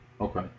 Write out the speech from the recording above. Okay